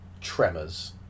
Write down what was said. Tremors